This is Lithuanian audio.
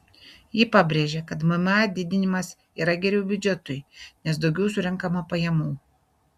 ji pabrėžė kad mma didinimas yra geriau biudžetui nes daugiau surenkama pajamų